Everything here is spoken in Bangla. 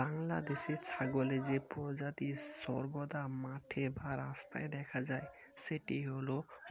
বাংলাদেশে ছাগলের যে প্রজাতি সর্বদা মাঠে বা রাস্তায় দেখা যায় সেটি হল